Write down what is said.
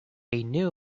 new